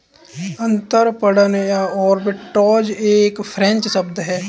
अंतरपणन या आर्बिट्राज एक फ्रेंच शब्द है